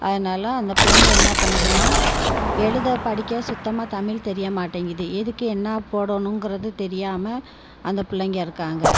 அதனால் அந்த பிள்ளைங்க என்ன பண்ணுதுன்னா எழுத படிக்க சுத்தமாக தமிழ் தெரிய மாட்டிங்கிது எதுக்கு என்ன போடணும்ங்குறது தெரியாமல் அந்த பிள்ளைங்க இருக்காங்கள்